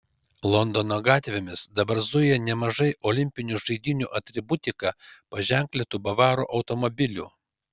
londono gatvėmis dabar zuja nemažai olimpinių žaidynių atributika paženklintų bavarų automobilių